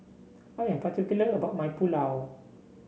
I am particular about my Pulao